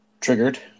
triggered